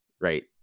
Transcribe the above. right